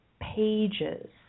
pages